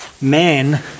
men